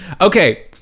okay